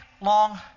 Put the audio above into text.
long